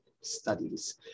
studies